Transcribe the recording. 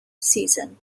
season